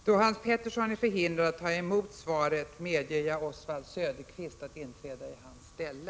Då Hans Petersson i Hallstahammar är förhindrad att ta emot svaret, medger jag att Oswald Söderqvist inträder i dennes ställe.